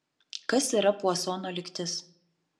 kas yra puasono lygtis